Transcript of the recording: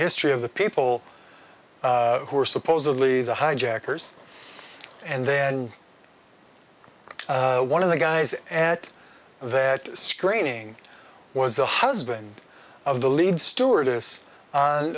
history of the people who were supposedly the hijackers and then one of the guys at that screening was the husband of the lead stewardess on